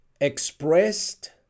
expressed